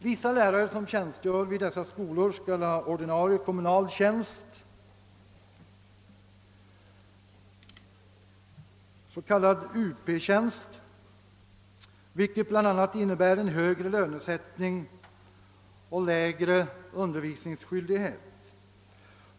Vissa lärare som tjänstgör vid dessa skolor skall ha ordinarie kommunal tjänst, s.k. Up-tjänst, vilket bl.a. innebär en högre lönesättning och lägre undervisningsskyldighet.